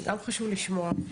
גם חשוב לשמוע.